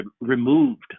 removed